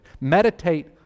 Meditate